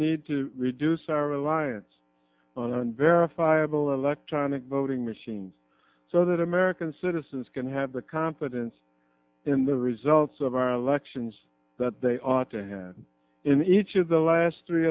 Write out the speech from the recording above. need to reduce our reliance on verifiable electronic voting machines so that american citizens can have the confidence in the results of our elections that they ought to have in each of the last three